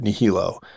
nihilo